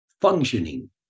functioning